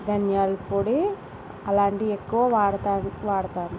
ధనియాలపొడి అలాంటివి ఎక్కువ వాడుతాది వాడతాను